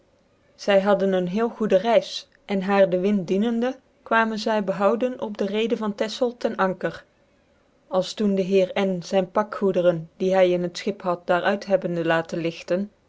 zy hadden een heek goede rcizc en haar de wind dienende kwamen zy bchoudc op de reede van texel ten anker als doen de heer n zyn pakgoederen die hy in het schip had daar uit hebbende laten ligten